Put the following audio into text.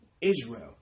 Israel